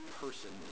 person